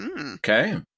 Okay